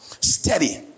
Steady